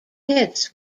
hits